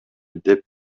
деп